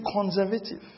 conservative